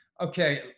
Okay